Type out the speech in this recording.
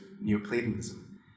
Neoplatonism